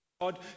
God